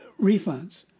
refunds